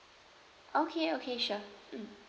okay okay sure